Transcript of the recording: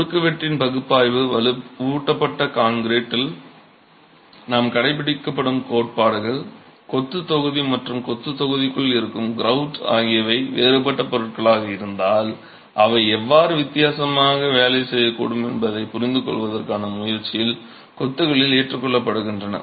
குறுக்குவெட்டுகளின் பகுப்பாய்வில் வலுவூட்டப்பட்ட கான்கிரீட்டில் நாம் கடைப்பிடிக்கும் கோட்பாடுகள் கொத்துத் தொகுதி மற்றும் கொத்துத் தொகுதிக்குள் இருக்கும் கிரவுட் ஆகியவை வேறுபட்ட பொருட்களாக இருந்தால் அவை எவ்வாறு வித்தியாசமாக வேலை செய்யக்கூடும் என்பதைப் புரிந்துகொள்வதற்கான முயற்சியுடன் கொத்துகளில் ஏற்றுக்கொள்ளப்படுகின்றன